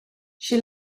she